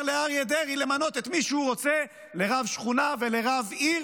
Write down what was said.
לאריה דרעי למנות את מי שהוא רוצה לרב שכונה ולרב עיר